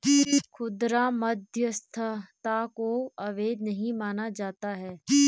खुदरा मध्यस्थता को अवैध नहीं माना जाता है